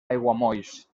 aiguamolls